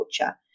culture